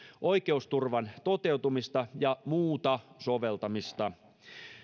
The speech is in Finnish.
oikeusturvan toteutumista ja muuta soveltamista